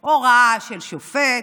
הוראה של שופט,